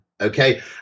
okay